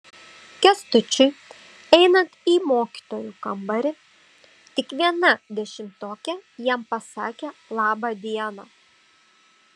kęstučiui einant į mokytojų kambarį tik viena dešimtokė jam pasakė laba diena